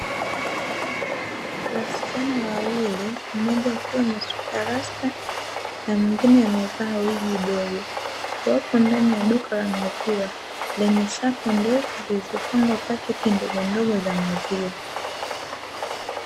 Wasichana wawili mmoja akiwa amesuka rasta na mwingine amevaa wigi dogo, wapo ndani ya duka la maziwa lenye safu ndefu zilizopangwa pakiti ndogondogo za maziwa.